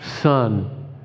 son